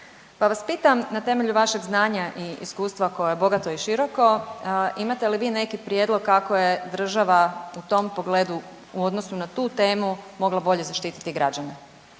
Pa vas pitam na temelju vašeg znanja i iskustva koje je bogato i široko, imate li vi neki prijedlog kako je država u tom pogledu u odnosu na tu temu mogla bolje zaštititi građane?